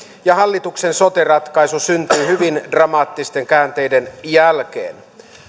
ja hallituksen sote ratkaisu syntyi hyvin dramaattisten käänteiden jälkeen